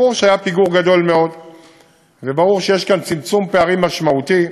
ברור שהיה פיגור גדול מאוד וברור שיש כאן צמצום פערים משמעותי.